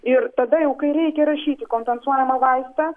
ir tada jau kai reikia rašyti kompensuojamą vaistą